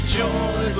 joy